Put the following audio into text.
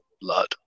blood